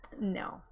no